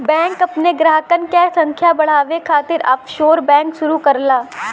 bank अपने ग्राहकन क संख्या बढ़ावे खातिर ऑफशोर बैंक शुरू करला